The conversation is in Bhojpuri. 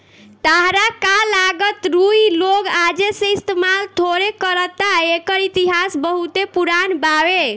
ताहरा का लागता रुई लोग आजे से इस्तमाल थोड़े करता एकर इतिहास बहुते पुरान बावे